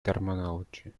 terminology